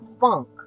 funk